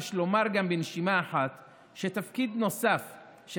יש לומר גם בנשימה אחת שתפקיד נוסף של